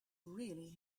really